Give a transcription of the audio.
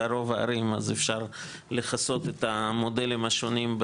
ברוב הערים אז אפשר לכסות את המודלים השונים,